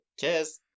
Cheers